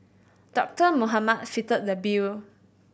Doctor Mohamed fitted the bill